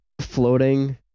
floating